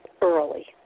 early